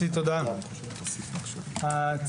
אנחנו עוברים לצוות הטכני.